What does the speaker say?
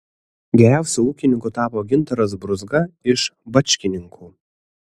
geriausiu ūkininku tapo gintaras brūzga iš bačkininkų